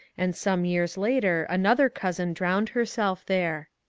and some years later another cousin drowned herself there.